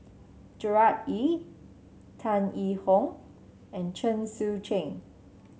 Gerard Ee Tan Yee Hong and Chen Sucheng